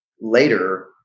later